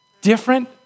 Different